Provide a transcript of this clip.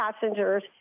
passengers